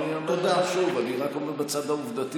אני אומר לך שוב, אני רק אומר בצד העובדתי.